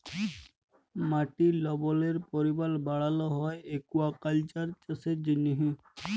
মাটির লবলের পরিমাল বাড়ালো হ্যয় একুয়াকালচার চাষের জ্যনহে